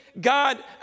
God